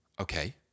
okay